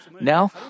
Now